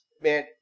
Man